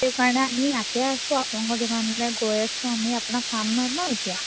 সেইকাৰণে আমি ইয়াতে আছোঁ আপোনালোকৰ দোকানলৈ গৈ আছোঁ আমি আপোনাক পাম নহ্ নহ্ এতিয়া